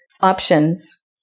options